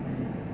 mm